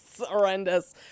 horrendous